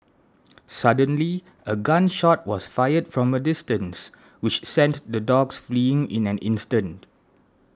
suddenly a gun shot was fired from a distance which sent the dogs fleeing in an instant